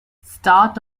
start